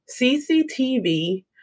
CCTV